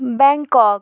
Bangkok